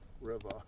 River